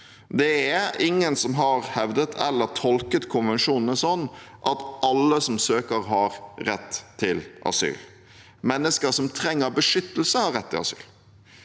Det er ingen som har hevdet, eller tolket konvensjonene slik, at alle som søker, har rett til asyl. Mennesker som trenger beskyttelse, har rett til asyl.